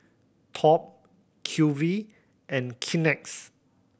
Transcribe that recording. Top Q V and Kleenex